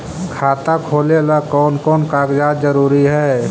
खाता खोलें ला कोन कोन कागजात जरूरी है?